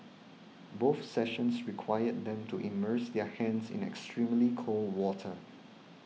both sessions required them to immerse their hands in extremely cold water